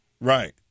right